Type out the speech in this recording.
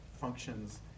functions